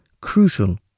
crucial